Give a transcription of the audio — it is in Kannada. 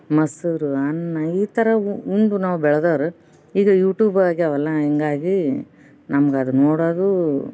ಮೊಸರು ಅನ್ನ ಈ ಥರ ಉಂಡು ನಾವು ಬೆಳೆದೋರು ಈಗ ಯೂಟ್ಯೂಬ್ ಆಗ್ಯಾವಲ್ಲ ಹಿಂಗಾಗಿ ನಮ್ಗೆ ಅದು ನೋಡೋದು